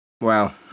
Wow